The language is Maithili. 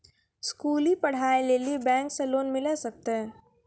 स्कूली पढ़ाई लेली बैंक से लोन मिले सकते?